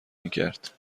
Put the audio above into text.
میکرد